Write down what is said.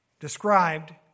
described